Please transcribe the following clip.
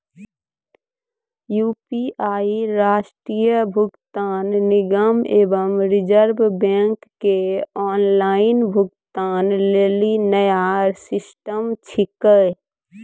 UPI राष्ट्रीय भुगतान निगम एवं रिज़र्व बैंक के ऑनलाइन भुगतान लेली नया सिस्टम छिकै